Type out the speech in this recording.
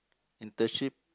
internship